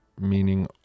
meaning